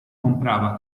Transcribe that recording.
comprava